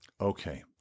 Okay